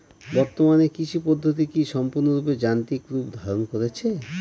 বর্তমানে কৃষি পদ্ধতি কি সম্পূর্ণরূপে যান্ত্রিক রূপ ধারণ করেছে?